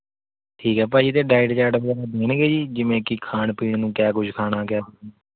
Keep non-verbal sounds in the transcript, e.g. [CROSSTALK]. ਠੀਕ ਹੈ ਭਾਜੀ ਅਤੇ ਡਾਇਟ ਚਾਰਟ [UNINTELLIGIBLE] ਦੇਣਗੇ ਜੀ ਜਿਵੇਂ ਕਿ ਖਾਣ ਪੀਣ ਨੂੰ ਕਿਆ ਕੁਛ ਖਾਣਾ ਕਿਆ [UNINTELLIGIBLE] ਨਹੀਂ